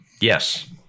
Yes